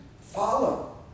follow